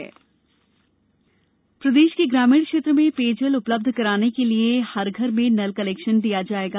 जल जीवन मिशन प्रदेश के ग्रामीण क्षेत्र में पेयजल उपलब्ध कराने के लिए हर घर में नल कनेक्शन दिया जायेगा